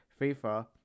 FIFA